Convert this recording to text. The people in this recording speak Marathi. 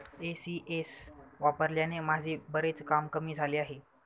ई.सी.एस वापरल्याने माझे बरेच काम कमी झाले आहे